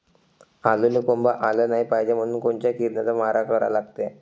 आलूले कोंब आलं नाई पायजे म्हनून कोनच्या किरनाचा मारा करा लागते?